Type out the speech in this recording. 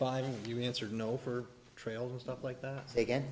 five and you answered no for trail and stuff like that again